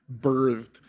birthed